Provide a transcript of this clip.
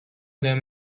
them